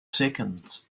seconds